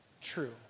true